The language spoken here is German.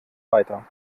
weiter